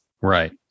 Right